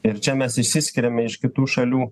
ir čia mes išsiskiriame iš kitų šalių